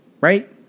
right